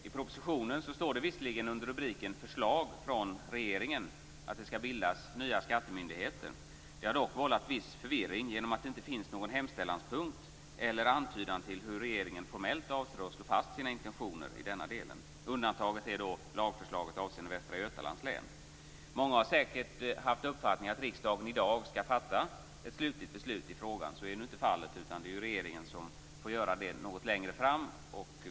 I propositionen står det visserligen under rubriken förslag från regeringen att det skall bildas nya skattemyndigheter. Det har dock vållat viss förvirring genom att det inte finns någon hemställanspunkt eller antydan till hur regeringen formellt avser att slå fast sina intentioner i denna del, med undantag för lagförslaget om Västra Götalands län. Många har säkert haft uppfattningen att riksdagen i dag skall fatta ett slutligt beslut i frågan. Så är nu inte fallet, utan regeringen får göra det något längre fram.